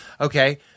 Okay